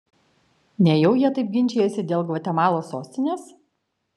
nejau jie taip ginčijasi dėl gvatemalos sostinės